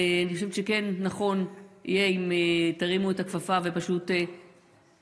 אני חושבת שכן נכון יהיה אם תרימו את הכפפה ופשוט תודיעו